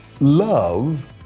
Love